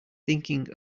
thinking